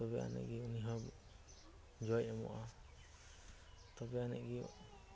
ᱛᱚᱵᱮ ᱟᱱᱮᱡᱜᱮ ᱩᱱᱤᱦᱚᱸ ᱡᱚᱭ ᱮᱢᱚᱜᱼᱟ ᱛᱚᱵᱮ ᱟᱱᱮᱡᱜᱮ